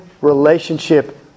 relationship